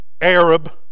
Arab